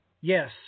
yes